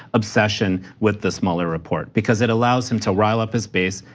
obsession with this mueller report, because it allows him to rile up his base.